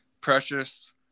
precious